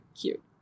cute